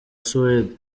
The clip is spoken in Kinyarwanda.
suwede